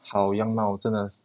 好样貌真的是